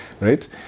right